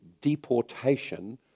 deportation